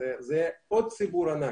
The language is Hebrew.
שזה עוד ציבור ענק.